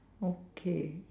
okay